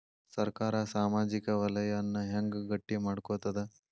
ಸರ್ಕಾರಾ ಸಾಮಾಜಿಕ ವಲಯನ್ನ ಹೆಂಗ್ ಗಟ್ಟಿ ಮಾಡ್ಕೋತದ?